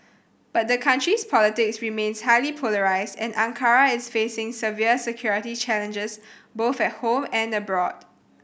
but the country's politics remains highly polarised and Ankara is facing severe security challenges both at home and abroad